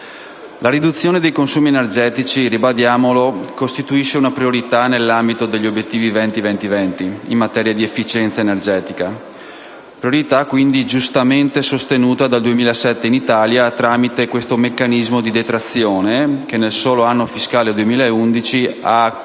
La riduzione dei consumi energetici - ribadiamolo - costituisce una priorità nell'ambito degli obiettivi 20-20-20 in materia di efficienza energetica; priorità, quindi, giustamente sostenuta dal 2007 in Italia tramite questo meccanismo di detrazione, che nel solo anno fiscale 2011 ha permesso